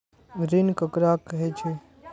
ऋण ककरा कहे छै?